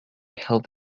health